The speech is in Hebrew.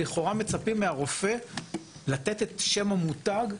לכאורה, מצפים מהרופא לתת את שם המותג.